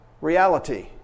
reality